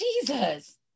Jesus